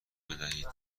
بدهید